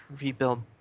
rebuild